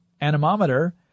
anemometer